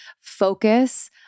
focus